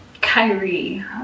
Kyrie